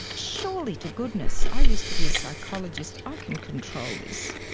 surely to goodness, i used to be a psychologist, i can control this.